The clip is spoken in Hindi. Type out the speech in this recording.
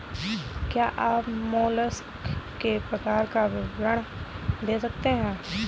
क्या आप मोलस्क के प्रकार का विवरण दे सकते हैं?